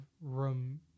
room